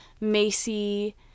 Macy